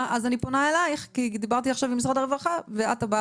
אז אני פונה אלייך כי דיברתי עכשיו עם משרד הרווחה ואת הבאה